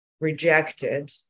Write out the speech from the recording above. rejected